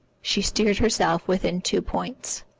she steered herself within two points,